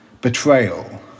betrayal